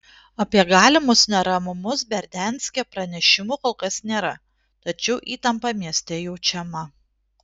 apie galimus neramumus berdianske pranešimų kol kas nėra tačiau įtampa mieste jaučiama